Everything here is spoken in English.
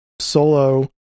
solo